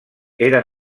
eren